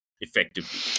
effectively